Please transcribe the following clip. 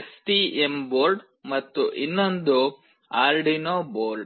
STM board ಮತ್ತು ಇನ್ನೊಂದು Arduino board